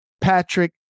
Patrick